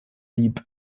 lieb